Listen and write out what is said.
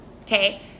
okay